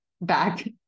back